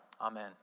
Amen